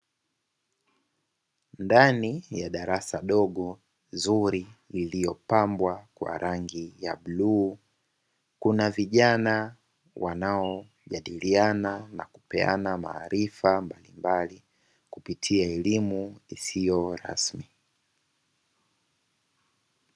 Ndani ya darasa dogo zuri lililopambwa kwa rangi ya bluu, kuna vijana wanaojadiliana na kupeana maarifa mbalimbali kupitia elimu isiyo rasmi.